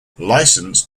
licensed